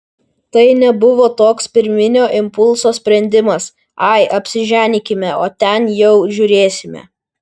tai nebuvo toks pirminio impulso sprendimas ai apsiženykime o ten jau žiūrėsime